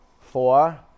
four